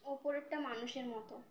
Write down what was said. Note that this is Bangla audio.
ওপরেরটা মানুষের মতো